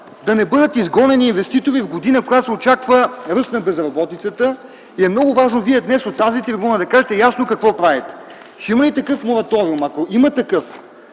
да не бъдат изгонени инвеститорите в година, в която се очаква ръст на безработицата. Много е важно Вие днес от тази трибуна да кажете ясно какво правите – ще има ли такъв мораториум. Ако има, какво